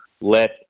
let